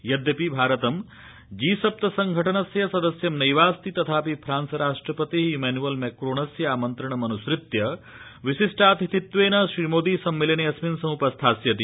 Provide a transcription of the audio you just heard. यद्यपि भारतं जी सप्त संघटनस्य सदस्य ं नैवास्ति तथापि फ्रांस राष्ट्रपते प्रैनुअल मैक्रोनस्य आमन्त्रणम् अनुसृत्य विशिष्टा तिथित्वेन श्रीमोदी सम्मेलनेऽस्मिन् समुपस्थास्यति